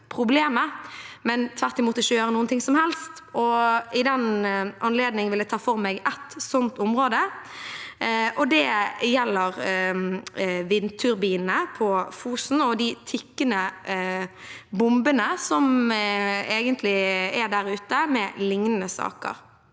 men tvert imot ikke gjøre noe som helst. I den anledning vil jeg ta for meg et sånt område, og det gjelder vindturbinene på Fosen – de egentlig tikkende bombene som er der ute, også med tanke